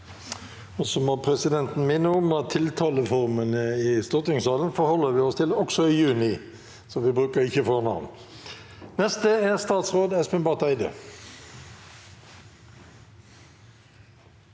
Så må presidenten minne om at tiltaleformene i stortingssalen forholder vi oss til også i juni, så vi bruker ikke fornavn. Statsråd Espen Barth Eide